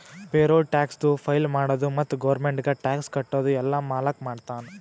payroll ಟ್ಯಾಕ್ಸದು file ಮಾಡದು ಮತ್ತ ಗೌರ್ಮೆಂಟ್ಗ ಟ್ಯಾಕ್ಸ್ ಕಟ್ಟದು ಎಲ್ಲಾ ಮಾಲಕ್ ಮಾಡ್ತಾನ್